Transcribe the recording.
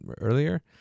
earlier